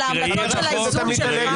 על האיזון שלך?